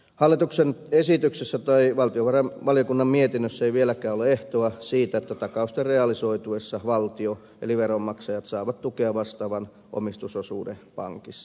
hallituksen esityksessä tai valtiovarainvaliokunnan mietinnössä ei vieläkään ole ehtoa siitä että takausten realisoituessa valtio eli veronmaksajat saavat tukea vastaavan omistusosuuden pankissa